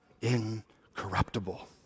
incorruptible